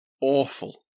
awful